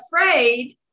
afraid